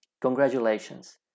Congratulations